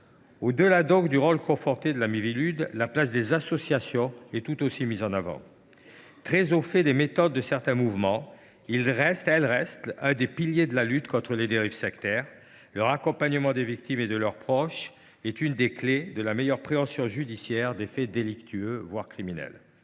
Au delà du rôle conforté de la Miviludes, l’importance des associations est aussi mise en avant. Très au fait des méthodes de certains mouvements, elles restent un des piliers de la lutte contre les dérives sectaires. L’accompagnement qu’elles offrent aux victimes et à leurs proches est une des clés d’une meilleure approche judiciaire des faits délictueux, voire criminels.